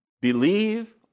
Believe